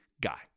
guy